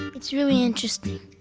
it's really interesting!